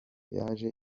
yaje